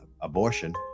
abortion